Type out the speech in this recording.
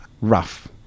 rough